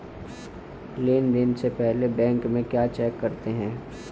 Loan देने से पहले बैंक में क्या चेक करते हैं?